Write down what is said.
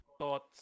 thoughts